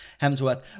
Hemsworth